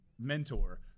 mentor